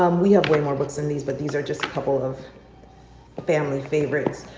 um we have way more books in these but these are just a couple of family favorites.